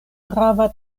grava